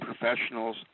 professionals